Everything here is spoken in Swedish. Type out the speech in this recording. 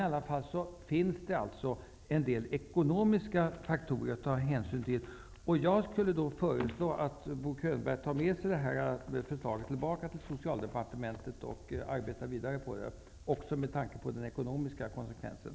I alla fall finns det en del ekonmiska faktorer att ta hänsyn till. Jag skulle föreslå att Bo Könberg tar med sig det här förslaget tillbaka till socialdepartementet och arbetar vidare på det, även med tanke på den ekonomiska konsekvensen.